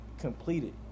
Completed